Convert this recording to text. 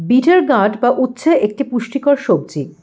bitter gourd বা উচ্ছে একটি পুষ্টিকর সবজি